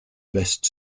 best